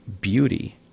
beauty